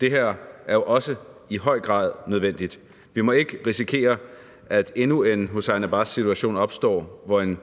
Det her er i høj grad også nødvendigt. Vi må ikke risikere, at endnu en Hussein Abbas-situation opstår, hvor en